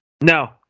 No